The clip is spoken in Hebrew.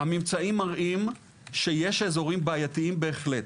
הממצאים מראים שיש אזורים בעיתיים בהחלט.